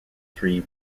three